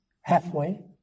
halfway